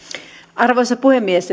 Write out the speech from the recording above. arvoisa puhemies